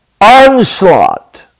onslaught